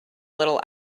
little